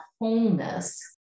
wholeness